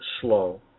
slow